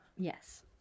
yes